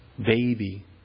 baby